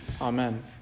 Amen